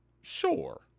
sure